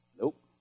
Nope